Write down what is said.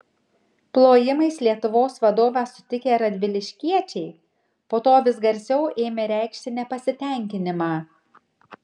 plojimais lietuvos vadovą sutikę radviliškiečiai po to vis garsiau ėmė reikšti nepasitenkinimą